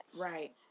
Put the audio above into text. Right